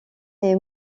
est